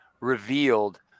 revealed